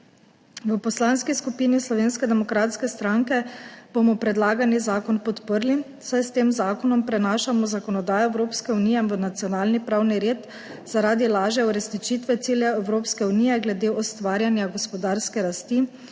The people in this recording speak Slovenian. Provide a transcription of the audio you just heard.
V Poslanski skupini Slovenske demokratske stranke bomo predlagani zakon podprli, saj s tem zakonom prenašamo zakonodajo Evropske unije v nacionalni pravni red zaradi lažje uresničitve ciljev Evropske unije glede ustvarjanja gospodarske rasti,